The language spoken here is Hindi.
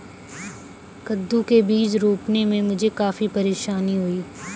कद्दू के बीज रोपने में मुझे काफी परेशानी हुई